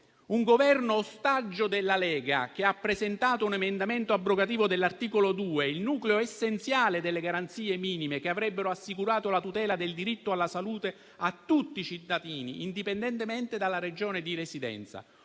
Il Governo, ostaggio della Lega, ha presentato un emendamento abrogativo dell'articolo 2, nucleo essenziale delle garanzie minime che avrebbero assicurato la tutela del diritto alla salute a tutti i cittadini, indipendentemente dalla Regione di residenza.